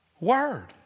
word